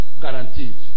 guaranteed